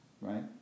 right